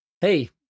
Hey